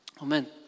Amen